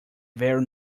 very